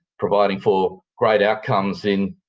providing for great outcomes in